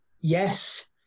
Yes